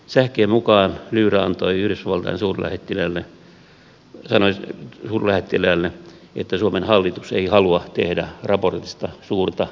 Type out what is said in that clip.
sähkeen mukaan lyyra sanoi yhdysvaltain suurlähettiläälle että suomen hallitus ei halua tehdä raportista suurta numeroa